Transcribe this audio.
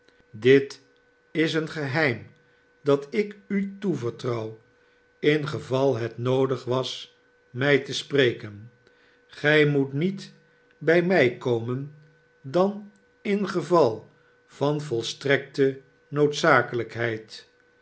dit is een geheim dat ik u toevertrouw in geval het noodig was mij te spreken gij moet niet bij mij komen dan in geval van volstrekte noodzakelijkheid